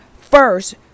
first